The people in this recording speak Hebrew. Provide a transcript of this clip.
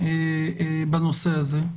בנושא הזה.